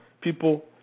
People